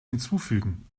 hinzufügen